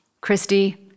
Christy